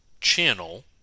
channel